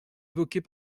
évoqués